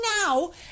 now